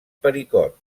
pericot